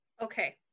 Okay